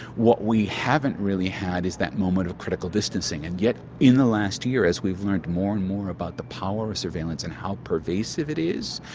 what we haven't really had is that moment of critical distancing, and yet in the last year, as we've learned more and more about the power of surveillance and how pervasive it is,